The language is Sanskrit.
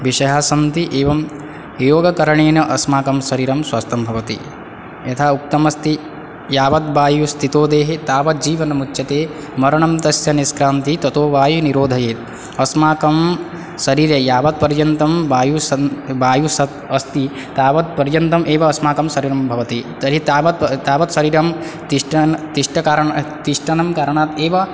विषयाः सन्ति एवं योगकरणेन अस्माकं शरीरं स्वास्थं भवति यथा उक्तमस्ति यावद्वायुस्तितो देहे तावद्जीवनमुच्यते मरणं तस्य निष्क्रान्ते ततो वायु निरोधयेत् अस्माकं शरीरे यावत्पर्यन्तं वायु सन् वायु स अस्ति तावत्पर्यन्तम् एव अस्माकं शरिरं भवति तर्हि तावत् तावत् शरिरं तिष्ठन् तिष्ठकारण तिष्ठनं कारणात् एव